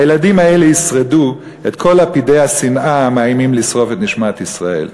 הילדים האלה ישרדו את כל לפידי השנאה המאיימים לשרוף את נשמת ישראל.